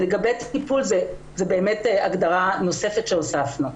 לגבי טיפול זו הגדרה נוספת שהוספנו.